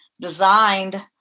designed